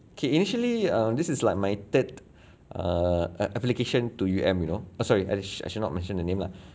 K initially err this is like my third err application to U_M you know ah sorry should I should not mention the name lah